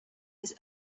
his